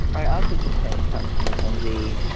i also just think tom mackenzie,